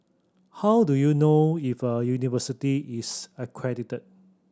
how do you know if a university is accredited